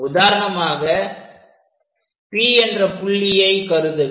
உதாரணமாக P என்ற புள்ளியை கருதுக